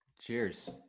Cheers